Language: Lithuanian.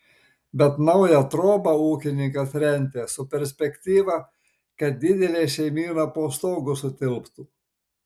bet naują trobą ūkininkas rentė su perspektyva kad didelė šeimyna po stogu sutilptų